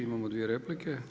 Imamo dvije replike.